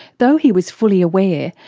though he was fully aware,